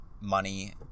money